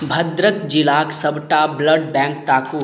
भद्रक जिलाके सबटा blood bank ताकू